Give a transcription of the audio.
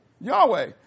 Yahweh